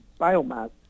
biomass